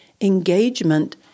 engagement